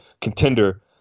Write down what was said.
contender